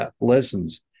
lessons